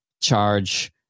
charge